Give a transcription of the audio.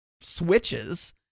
switches